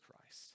Christ